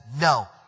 No